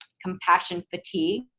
compassion fatigue.